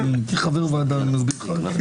כחבר ועדה אני מסביר לך.